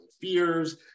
fears